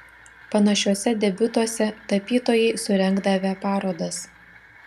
panašiuose debiutuose tapytojai surengdavę parodas